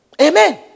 Amen